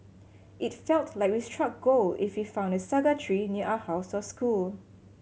it felt like we struck gold if we found a saga tree near our house or school